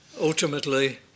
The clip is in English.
ultimately